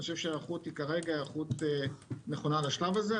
כרגע ההיערכות נכונה לשלב הזה.